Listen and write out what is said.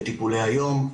בטיפולי היום,